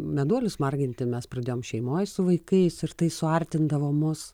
meduolius marginti mes pridėjom šeimoj su vaikais ir tai suartindavo mus